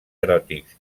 eròtics